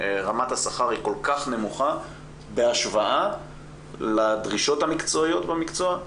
רמת השכר היא כל כך נמוכה בהשוואה לדרישות המקצועיות במקצוע,